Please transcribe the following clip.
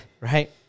right